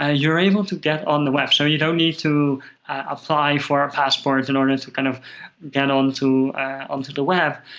ah you're able to get on the web. so you don't need to apply for a passport in order to kind of get onto onto the web.